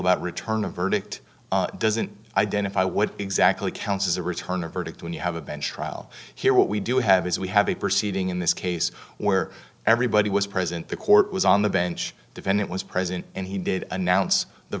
about return a verdict doesn't identify what exactly counts as a return or verdict when you have a bench trial here what we do have is we have a proceeding in this case where everybody was present the court was on the bench defendant was present and he did announce the